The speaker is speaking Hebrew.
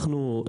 אנחנו,